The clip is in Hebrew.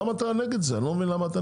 למה אתה נגד זה?